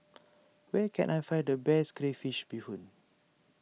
where can I find the best Crayfish BeeHoon